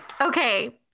Okay